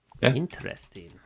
Interesting